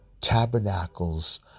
Tabernacles